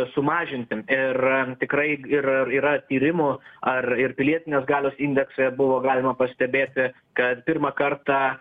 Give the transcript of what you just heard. sumažinsim ir tikrai ir yra tyrimų ar ir pilietinės galios indekse buvo galima pastebėti kad pirmą kartą